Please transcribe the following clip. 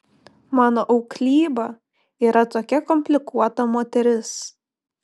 mano auklyba yra tokia komplikuota moteris